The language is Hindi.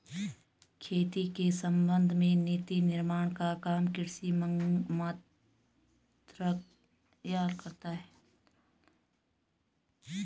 खेती के संबंध में नीति निर्माण का काम कृषि मंत्रालय करता है